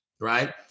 right